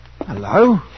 Hello